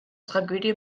tragödie